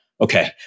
okay